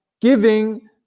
giving